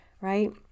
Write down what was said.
right